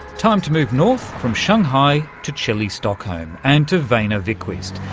time to move north from shanghai to chilly stockholm and to but weine wiqvist,